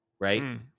right